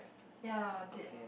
ya did